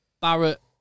Barrett